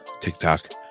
TikTok